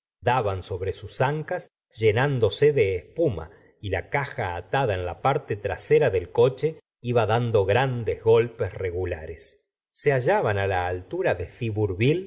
daban sobre sus ancas llenándose de espuma y la caja atada en la parte trasera del coche iba dando grandes golpes regulares se hallaban á laaltura de